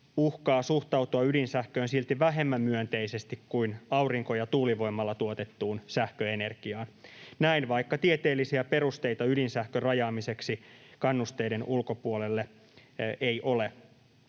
uhkaa suhtautua ydinsähköön silti vähemmän myönteisesti kuin aurinko- ja tuulivoimalla tuotettuun sähköenergiaan — näin, vaikka tieteellisiä perusteita ydinsähkön rajaamiseksi kannusteiden ulkopuolelle ei ole.